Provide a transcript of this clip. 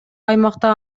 аймакта